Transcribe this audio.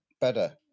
better